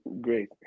great